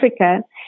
Africa